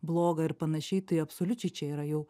blogą ir panašiai tai absoliučiai čia yra jau